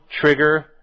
trigger